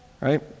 right